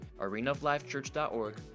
arenaoflifechurch.org